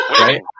Right